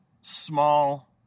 small